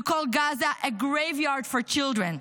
call Gaza a "graveyard for children".